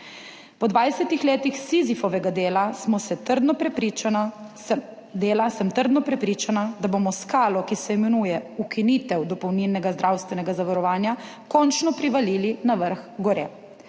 smo se, trdno prepričana, dela, sem trdno prepričana, da bomo skalo, ki se imenuje ukinitev dopolnilnega zdravstvenega zavarovanja, končno privalili na vrh gore.